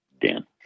Dan